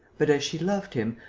but, as she loved him,